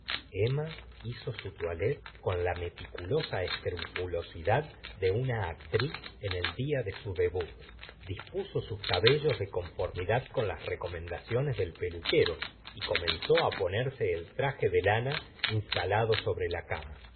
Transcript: emma hizo su toilette con la meticulosa escrupulosidad de una actriz en el día de su debut dispuso sus cabellos de conformidad con las recomendaciones del peluquero y comenzo ponerse el traje de lana instalado sobre la cama a